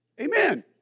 Amen